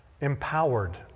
Empowered